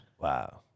Wow